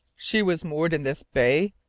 she was moored in this bay?